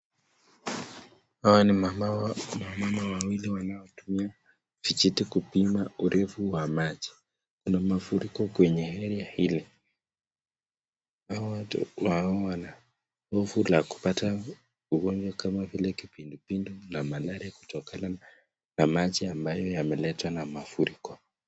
Hawa ni wamama wawili wanao tumia vijiti kupima urefu wa maji. Kuna mafuriko kwenye eneo hili. Hawa watu wanahofu la kupata ugonjwa kama vile kipindupindu na malaria kutokana na maji ambayo yameletwa na mafuriko.